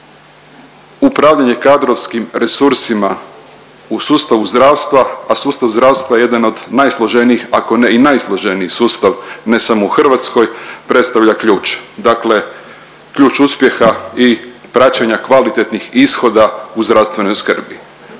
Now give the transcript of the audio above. upravljanje kadrovskim resursima u sustavu zdravstva, a sustav zdravstva je jedan od najsloženijih ako ne i najsloženiji sustav ne samo u Hrvatskoj predstavlja ključ. Dakle ključ uspjeha i praćenja kvalitetnih ishoda u zdravstvenoj skrbi.